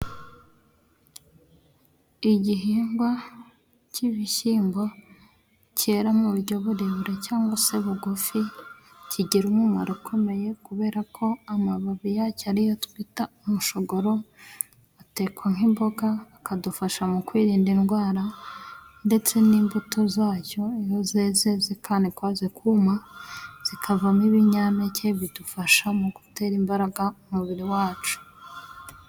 Igihingwa cy'ibishyimbo kera mu buryo burebure cyangwa se bugufi kigira umumaro ukomeye kubera ko amababi yacyo ariyo twita umushogoro atekwa nk'imboga akadufasha mu kwirinda indwara ndetse n'imbuto zacyo iyo zeze zikanikwa zikuma zikavamo ibinyampeke bidufasha mu gutera imbaraga umubiri wacu.